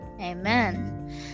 Amen